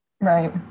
Right